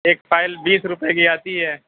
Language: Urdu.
ایک فائل بیس روپئے کی آتی ہے